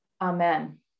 Amen